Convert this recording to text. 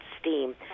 steam